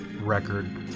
record